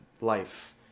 life